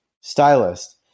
stylist